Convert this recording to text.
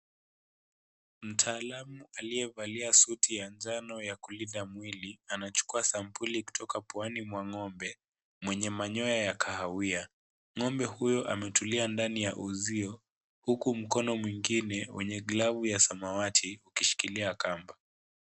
Mtaalamu aliyevalia suti ya njano ya kulinda mwili, anachukua sampuli kutoka pwani wa ngombe mwenye manyoa ya kahawia . Ngombe huyu ametulia ndani ya uzio huku mkono mwingine wenye glavu ya samawati ikishikilia kamba.